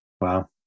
Wow